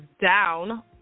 down